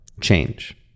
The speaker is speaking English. change